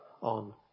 on